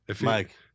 Mike